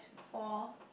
four